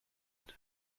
erde